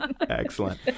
Excellent